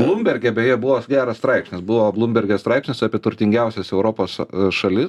blūmberge beje buvo geras straipsnis buvo blūmberge straipsnis apie turtingiausias europos šalis